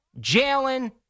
Jalen